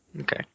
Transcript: Okay